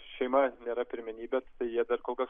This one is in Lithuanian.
šeima nėra pirmenybės tai jie dar kol kas